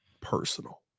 personal